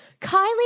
Kylie